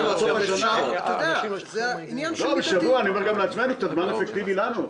אני אומר גם לעצמנו, צריך זמן אפקטיבי לנו.